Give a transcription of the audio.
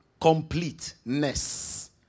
Completeness